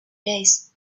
days